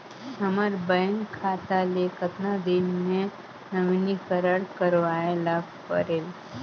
हमर बैंक खाता ले कतना दिन मे नवीनीकरण करवाय ला परेल?